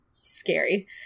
scary